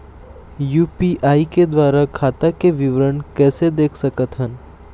UPI के द्वारा खाता के विवरण कैसे देख सकत हन?